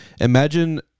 Imagine